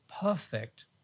perfect